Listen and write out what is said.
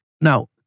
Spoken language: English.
now